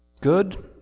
good